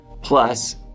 Plus